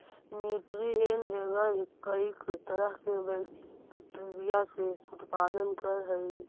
nutrient agar कईक तरह के बैक्टीरिया के उत्पादन करऽ हइ